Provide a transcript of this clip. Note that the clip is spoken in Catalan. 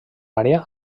àrea